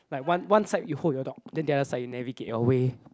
like one one side you hold your dog then the other side you navigate your way